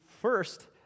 first